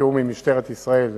בתיאום עם משטרת ישראל,